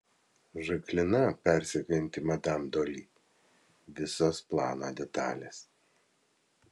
žaklina persekiojanti madam doili visos plano detalės